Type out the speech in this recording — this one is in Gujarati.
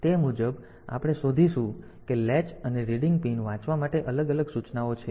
તેથી તે મુજબ આપણે શોધીશું કે લેચ અને રીડિંગ પિન વાંચવા માટે અલગ અલગ સૂચનાઓ છે